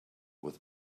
with